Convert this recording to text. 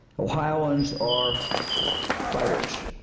ohioans are fighters.